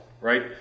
right